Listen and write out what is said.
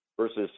versus